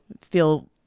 feel